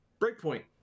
breakpoint